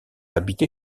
habité